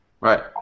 Right